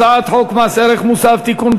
הצעת חוק מס ערך מוסף (תיקון,